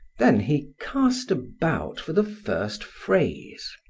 then he cast about for the first phrase.